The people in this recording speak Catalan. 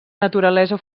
naturalesa